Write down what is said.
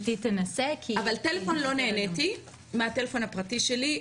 אבל טלפון לא נעניתי מהטלפון הפרטי שלי.